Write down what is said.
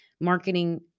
marketing